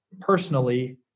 personally